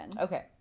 Okay